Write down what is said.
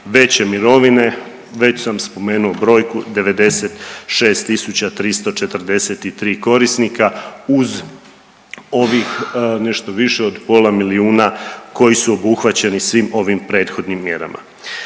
veće mirovine, već sam spomenuo brojku 96 tisuća 343 korisnika uz ovih nešto više od pola milijuna koji su obuhvaćeni svim ovim prethodnim mjerama.